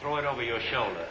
throw it over your shoulder